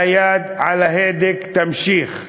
היד על ההדק תמשיך.